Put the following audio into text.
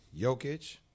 Jokic